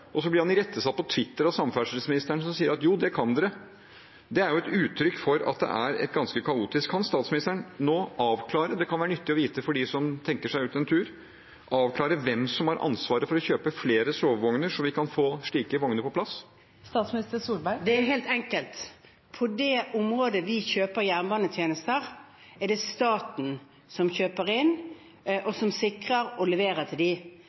og blir irettesatt på Twitter av samferdselsministeren, som sier at jo, det kan de. Det er et uttrykk for at det er ganske kaotisk. Kan statsministeren nå avklare – det kan være nyttig å vite for dem som tenker seg ut en tur – hvem som har ansvaret for å kjøpe flere sovevogner, så vi kan få slike vogner på plass? Det er helt enkelt: På området jernbanetjenester, er det staten som kjøper inn, og som sikrer og leverer til dem. Hvis et selskap leverer flere tjenester enn det vi kjøper, er det de